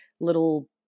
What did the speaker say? little